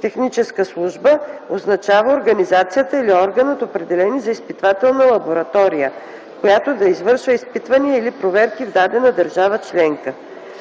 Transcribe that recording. „Техническа служба” означава организацията или органът, определени за изпитвателна лаборатория, която да извършва изпитвания или проверки в дадена държава членка.